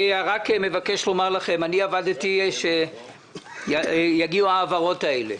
אני רק מבקש לומר לכם: אני עבדתי על מנת שיגיעו ההעברות הללו.